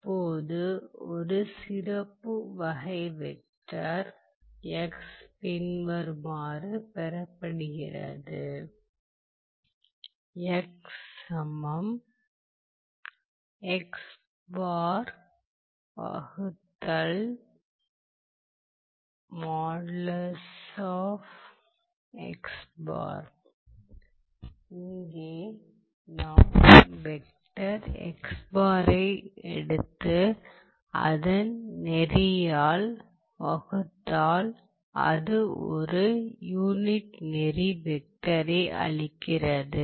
இப்போது ஒரு சிறப்பு வகை வெக்டர் பின்வருமாறு பெறப்படுகிறது இங்கே நாம் வெக்டர் எடுத்து அதன் நெறியால் வகுத்தால் அது ஒரு யூனிட் நெறி வெக்டரை அளிக்கிறது